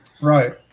Right